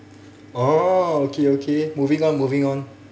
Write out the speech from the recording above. oh okay okay moving on moving on